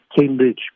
Cambridge